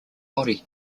body